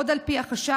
עוד על פי החשד,